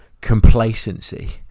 complacency